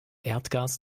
erdgas